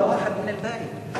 3572, 3583,